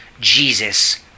Jesus